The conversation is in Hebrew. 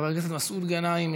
חבר הכנסת מסעוד גנאים,